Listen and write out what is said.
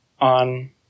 on